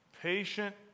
Patient